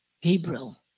Gabriel